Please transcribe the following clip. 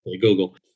Google